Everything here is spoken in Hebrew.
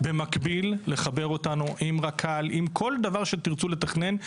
במקביל לחבר אותנו עם רק"ל עם כל דבר שתרצו לתכנן,